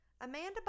Amanda